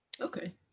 okay